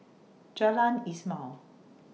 Jalan Ismail